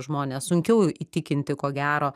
žmones sunkiau įtikinti ko gero